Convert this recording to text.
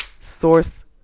source